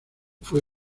fue